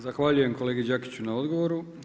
Zahvaljujem kolegi Đakiću na odgovoru.